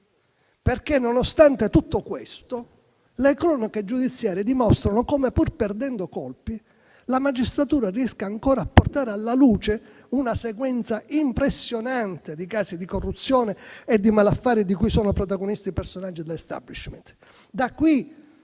perché, nonostante tutto questo, le cronache giudiziarie dimostrano come, pur perdendo colpi, la magistratura riesca ancora a portare alla luce una sequenza impressionante di casi di corruzione e malaffare di cui sono protagonisti personaggi dell'*establishment*.